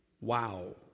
wow